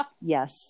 yes